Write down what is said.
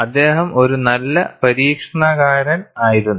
അദ്ദേഹം ഒരു നല്ല പരീക്ഷണകാരൻ ആയിരുന്നു